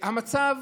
המצב